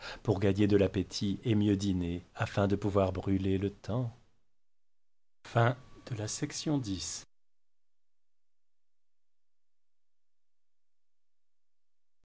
pour gagner de l'appétit et mieux dîner afin de pouvoir brûler le temps